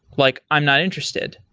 like i'm not interested.